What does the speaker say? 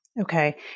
Okay